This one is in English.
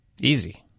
easy